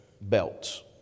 belts